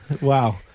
Wow